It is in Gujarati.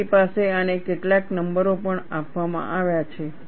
તમારી પાસે આને કેટલાક નંબરો પણ આપવામાં આવ્યા છે